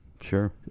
Sure